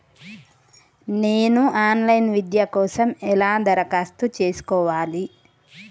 నేను online విద్య కోసం ఎలా దరఖాస్తు చేసుకోవాలి?